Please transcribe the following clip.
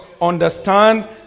understand